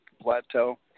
plateau